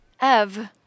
Ev